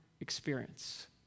experience